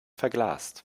verglast